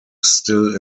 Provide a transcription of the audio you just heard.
still